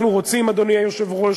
אנחנו רוצים, אדוני היושב-ראש,